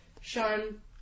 Sean